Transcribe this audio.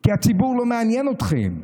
כי הציבור לא מעניין אתכם.